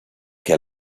que